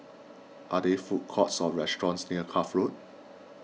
are there food courts or restaurants near Cuff Road